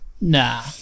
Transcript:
nah